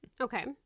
Okay